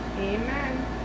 Amen